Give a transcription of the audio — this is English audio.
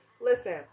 listen